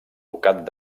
ducat